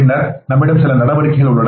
பின்னர் நம்மிடம் சில நடவடிக்கைகள் உள்ளன